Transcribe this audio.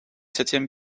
septième